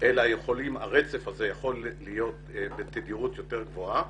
אלא הרצף הזה יכול להיות בתדירות יותר גבוהה